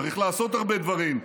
צריך לעשות הרבה דברים,